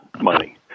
money